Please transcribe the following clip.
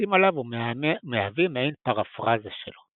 מבוססים עליו ומהווים מעין פרפרזה שלו.